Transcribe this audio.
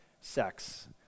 sex